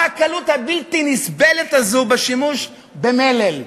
מה הקלות הבלתי-נסבלת הזאת בשימוש במלל?